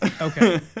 Okay